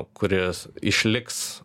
kuris išliks